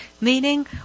Meaning